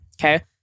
Okay